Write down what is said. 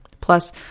Plus